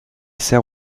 sert